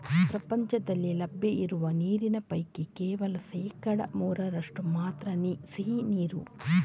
ಪ್ರಪಂಚದಲ್ಲಿ ಲಭ್ಯ ಇರುವ ನೀರಿನ ಪೈಕಿ ಕೇವಲ ಶೇಕಡಾ ಮೂರರಷ್ಟು ಮಾತ್ರ ಸಿಹಿ ನೀರು